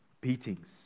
beatings